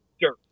dirt